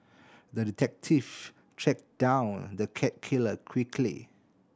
the detective tracked down the cat killer quickly